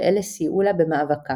ואלה סייעו לה במאבקה.